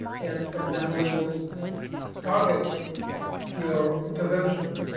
and and then you target your intervention